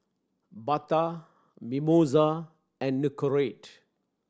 Bata Mimosa and Nicorette